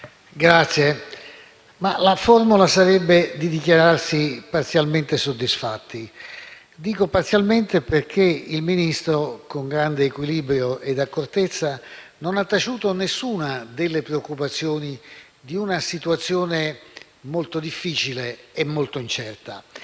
utilizzare sarebbe quella di dichiararci parzialmente soddisfatti. Dico «parzialmente» perché il Ministro, con grande equilibrio e accortezza, non ha taciuto alcuna delle preoccupazioni di una situazione molto difficile e molto incerta.